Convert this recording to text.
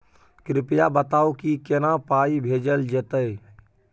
कृपया बताऊ की केना पाई भेजल जेतै?